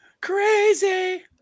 Crazy